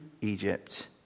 Egypt